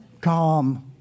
Calm